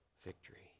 Victory